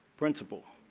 principal.